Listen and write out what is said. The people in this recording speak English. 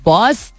Boss